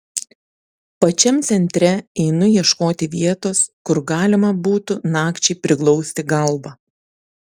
pačiam centre einu ieškoti vietos kur galima būtų nakčiai priglausti galvą